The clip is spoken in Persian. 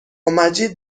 مجید